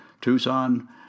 Tucson